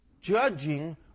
judging